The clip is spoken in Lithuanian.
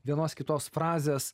vienos kitos frazės